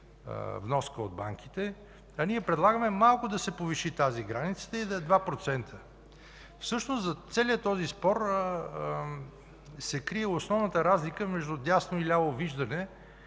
вноска от банките, а ние предлагаме малко да се повиши тази граница и да е 2%. Всъщност зад целия този спор се крие основната разлика между дясно и ляво виждане